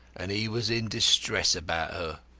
and he was in distress about her.